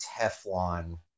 Teflon